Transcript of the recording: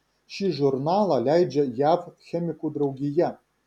šį žurnalą leidžia jav chemikų draugija